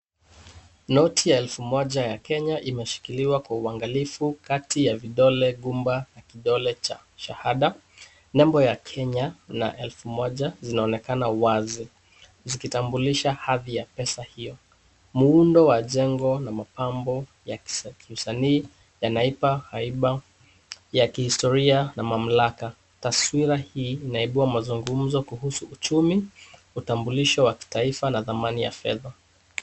Noti ya elfu moja ya Kenya imeshikiliwa kwa uangalifu kati ya vidole gumba, kidole cha shahada. Nembo ya Kenya na elfu moja zinaonekana wazi zikitambulisha hadhi ya pesa hiyo. Muundo wa jengo na mapambo ya kiusanii yanaipa ahiba ya kihistoria na mamlaka. Taswira hii inaibua mazungumzo kuhusu uchumi, utambulisho wa kitaifa na thamani ya fedha.